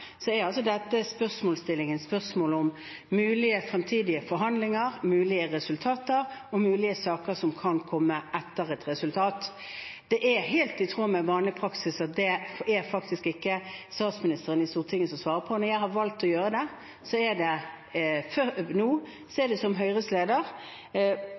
er dette et spørsmål om mulige fremtidige forhandlinger, mulige resultater og mulige saker som kan komme etter et resultat. Det er helt i tråd med vanlig praksis at det svarer ikke statsministeren på i Stortinget. Når jeg har valgt å gjøre det nå, er det